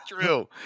true